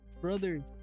brother